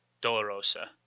Dolorosa